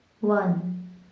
one